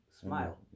smile